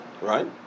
right